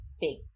big